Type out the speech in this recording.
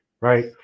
right